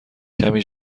کمی